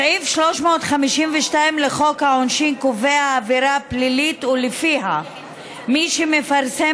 סעיף 352 לחוק העונשין קובע עבירה פלילית שלפיה מי שמפרסם